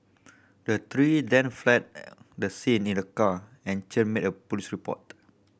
the three then fled the scene in a car and Chen made a police report